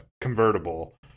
convertible